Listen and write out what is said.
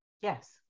Yes